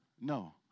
No